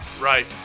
Right